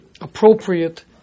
appropriate